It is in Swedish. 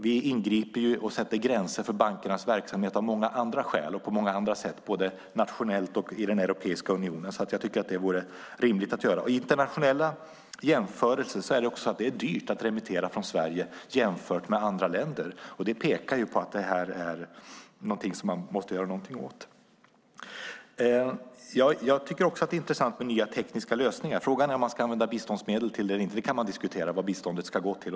Vi ingriper och sätter gränser för bankernas verksamhet av många andra skäl och på många andra sätt, både nationellt och i Europeiska unionen. Jag tycker att det vore rimligt att göra det. Internationella jämförelser visar att det är dyrt att remittera från Sverige jämfört med andra länder. Det pekar på att man måste göra någonting åt detta. Jag tycker också att det är intressant med nya tekniska lösningar. Frågan är om man ska använda biståndsmedel till det eller inte. Man kan diskutera vad biståndet ska gå till.